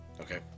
Okay